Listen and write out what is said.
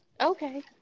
Okay